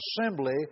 assembly